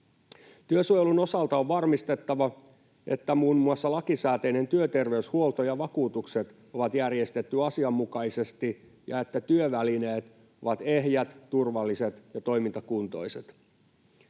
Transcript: Työsuojelun osalta on varmistettava, että muun muassa lakisääteinen työterveyshuolto ja vakuutukset on järjestetty asianmukaisesti ja että työvälineet ovat ehjät, turvalliset ja toimintakuntoiset.